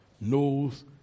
knows